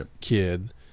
kid